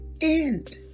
end